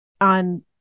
on